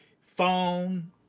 phone